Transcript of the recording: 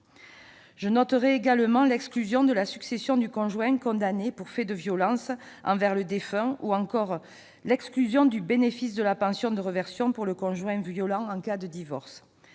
Je note également l'exclusion de la succession du conjoint condamné pour des faits de violence envers le défunt ou encore l'exclusion du bénéfice de la pension de réversion, en cas de divorce,